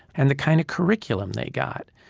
and the kind of curriculum they got,